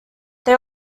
they